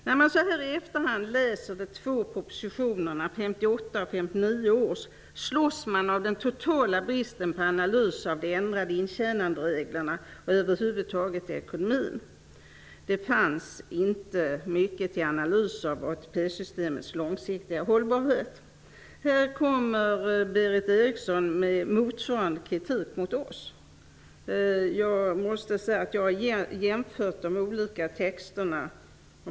När man nu i efterhand läser de två propositionerna, från 1958 och 1959, slås man av den totala bristen på analys av de ändrade intjänandereglerna och av de ekonomiska aspekterna över huvud taget. Det fanns inte mycket av analyser av ATP-systemets långsiktiga hållbarhet. Berith Eriksson framför nu motsvarande kritik mot oss. Jag har jämfört de olika texterna.